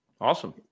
Awesome